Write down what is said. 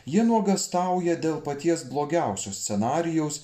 jie nuogąstauja dėl paties blogiausio scenarijaus